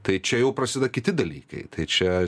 tai čia jau prasideda kiti dalykai tai čia